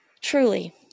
truly